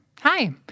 Hi